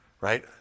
Right